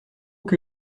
que